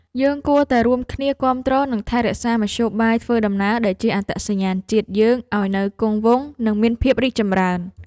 យើងគួរតែរួមគ្នាគាំទ្រនិងថែរក្សាមធ្យោបាយធ្វើដំណើរដែលជាអត្តសញ្ញាណជាតិយើងឱ្យនៅគង់វង្សនិងមានភាពរីកចម្រើន។